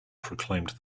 proclaimed